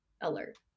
alert